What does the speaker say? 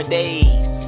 days